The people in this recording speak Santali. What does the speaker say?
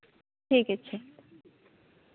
ᱴᱷᱤᱠ ᱟᱪᱷᱮ